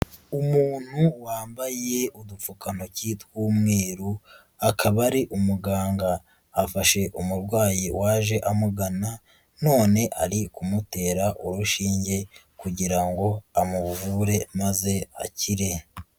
Umuntu wambaye udupfukantoki tw'umweru akaba ari umuganga, afashe umurwayi waje amugana none ari kumutera urushinge kugira ngo amuvure maze akire.